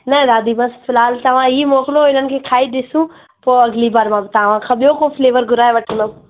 न दादी बसि फ़िलहाल तव्हां हीअ मोकिलियो उन्हनि खे खाई ॾिसूं पोइ अगली बार मां तव्हां खां ॿियो को फ्लेवर घुराए वठंदमि